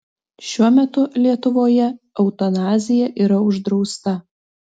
šiuo metu lietuvoje eutanazija yra uždrausta